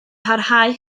parhau